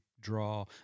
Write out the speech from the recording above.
draw